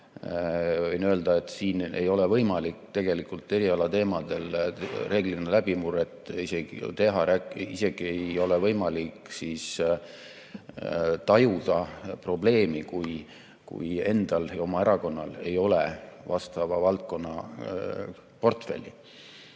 Võin öelda, et siin ei ole võimalik tegelikult erialateemadel reeglina läbimurret teha, isegi ei ole võimalik tajuda probleemi, kui endal ja oma erakonnal ei ole vastava valdkonna portfelli.